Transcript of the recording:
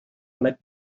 plec